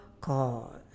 cause